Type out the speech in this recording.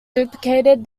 duplicated